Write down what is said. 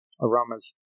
aromas